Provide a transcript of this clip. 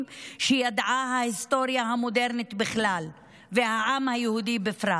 שידעה ההיסטוריה המודרנית בכלל והעם היהודי בפרט,